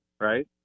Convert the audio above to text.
Right